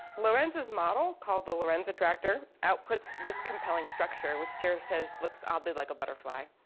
lorenz's model, called the lorenzo tractor, outputs this compelling structure, which jer says looks oddly like a butterfly.